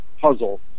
puzzle